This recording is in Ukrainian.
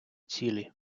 цілі